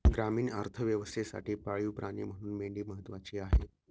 ग्रामीण अर्थव्यवस्थेसाठी पाळीव प्राणी म्हणून मेंढी महत्त्वाची आहे